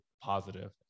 positive